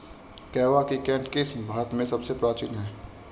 कहवा की केंट किस्म भारत में सबसे प्राचीन है